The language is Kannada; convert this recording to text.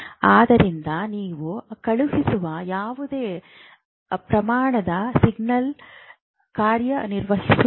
ಆದ್ದರಿಂದ ನೀವು ಕಳುಹಿಸುವ ಯಾವುದೇ ಪ್ರಮಾಣದ ಸಿಗ್ನಲಿಂಗ್ ಕಾರ್ಯನಿರ್ವಹಿಸುವುದಿಲ್ಲ